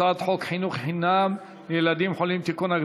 הצעת חוק חינוך לילדים חולים (תיקון,